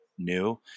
new